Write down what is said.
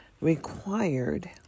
required